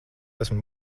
esmu